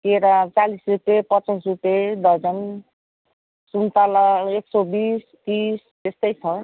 केरा चालिस रुपियाँ पचास रुपियाँ दर्जन सुन्तला एक सौ बिस तिस त्यस्तै छ